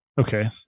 Okay